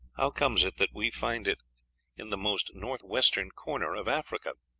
how comes it that we find it in the most north-western corner of africa?